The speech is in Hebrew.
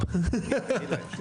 גמרת את כל הבעיות בארץ?